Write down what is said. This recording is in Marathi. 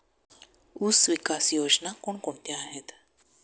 ऊसविकास योजना कोण कोणत्या आहेत?